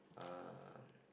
um